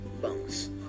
bones